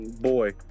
boy